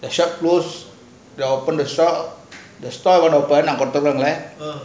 the shop close you open the shop the stall open